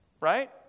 Right